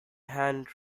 hand